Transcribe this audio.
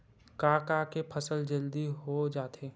का का के फसल जल्दी हो जाथे?